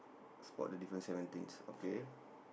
spot the difference seventeens okay